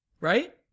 Right